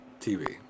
TV